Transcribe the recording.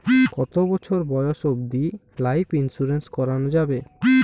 কতো বছর বয়স অব্দি লাইফ ইন্সুরেন্স করানো যাবে?